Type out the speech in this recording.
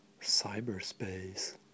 cyberspace